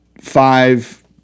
five